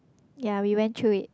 ya we went through it